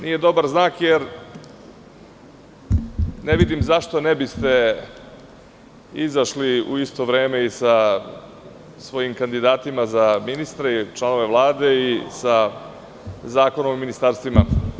Nije dobar znak jer ne vidim zašto ne biste izašli u isto vreme i sa svojim kandidatima za ministre, članove Vlade i sa Zakonom o ministarstvima.